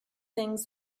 things